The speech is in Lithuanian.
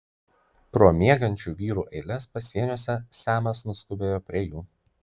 pro miegančių vyrų eiles pasieniuose semas nuskubėjo prie jų